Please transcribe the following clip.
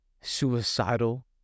suicidal